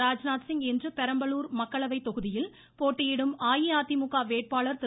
ராஜ்நாத் சிங் இன்று பெரம்பலூர் மக்களவைத் தொகுதியில் போட்டியிடும் அஇஅதிமுக வேட்பாளர் திரு